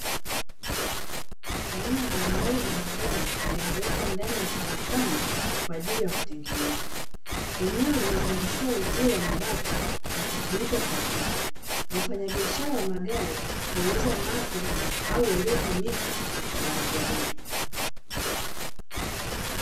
Aina mbalimbali za magari zimewekwa kwenye karakana kwaajili ya utengenezaji eneo limezungushiwa mabati na kufunikwa kwa juu wafanyabiashara wa magari huyauza mapya au yakiwa yamechakaa